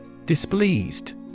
Displeased